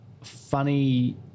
funny